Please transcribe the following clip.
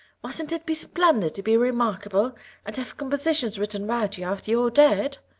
mustn't it be splendid to be remarkable and have compositions written about you after you're dead?